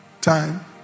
Time